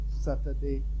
Saturday